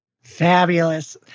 Fabulous